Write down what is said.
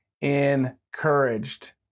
encouraged